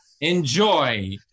Enjoy